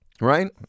right